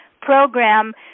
program